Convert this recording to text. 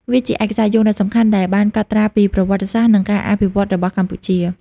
វាជាឯកសារយោងដ៏សំខាន់ដែលបានកត់ត្រាពីប្រវត្តិសាស្ត្រ និងការអភិវឌ្ឍន៍របស់កម្ពុជា។